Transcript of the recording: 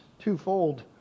twofold